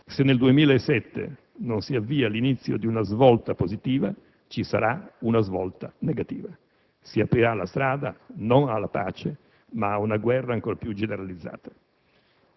Se nel 2007 non si avvia l'inizio di una svolta positiva, ci sarà una svolta negativa: si aprirà la strada non alla pace, ma ad una guerra ancor più generalizzata.